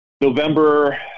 November